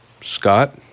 Scott